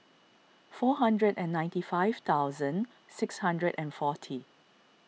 four hundred and ninety five thousand six hundred and forty